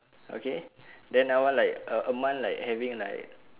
okay then I want like a a month like having like